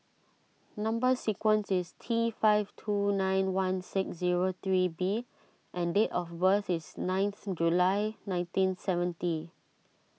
Number Sequence is T five two nine one six zero three B and date of birth is ninth July nineteen seventy